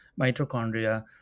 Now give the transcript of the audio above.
mitochondria